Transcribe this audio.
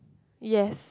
yes